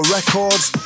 Records